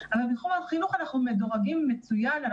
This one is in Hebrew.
החינוך אנחנו מדורגים מצוין.